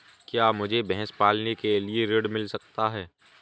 क्या मुझे भैंस पालने के लिए ऋण मिल सकता है?